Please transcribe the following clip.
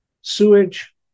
sewage